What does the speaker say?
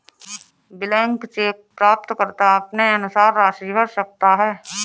blank cheque प्राप्तकर्ता अपने अनुसार राशि भर सकता है